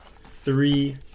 Three